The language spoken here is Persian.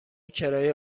کرایه